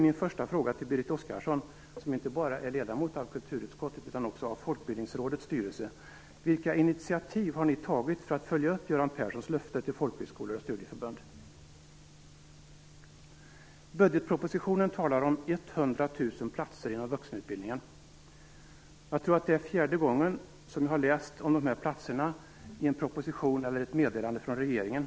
Min första fråga till Berit Oscarsson, som inte bara är ledamot av kulturutskottet utan också av Folkbildningsrådets styrelse, blir: Vilka initiativ har tagits för att följa upp Göran Perssons löfte till folkhögskolor och studieförbund? I budgetpropositionen talas det om 100 000 platser inom vuxenutbildningen. Jag tror att det är fjärde gången man kan läsa om de här platserna i en proposition eller ett meddelande från regeringen.